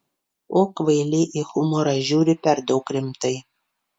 o kvailiai į humorą žiūri per daug rimtai